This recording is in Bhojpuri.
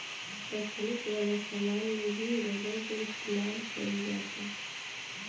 तकनीक वाला समान में भी रबर के इस्तमाल कईल जाता